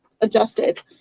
adjusted